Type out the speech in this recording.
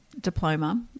diploma